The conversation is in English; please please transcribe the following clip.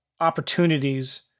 opportunities